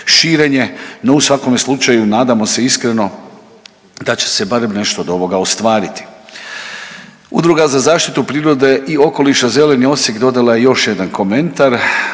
širenje. No u svakome slučaju nadamo se iskreno da će se barem nešto od ovoga ostvariti. Udruga za zaštitu prirode i okoliša „Zeleni Osijek“ dodala je još jedan komentar,